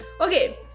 Okay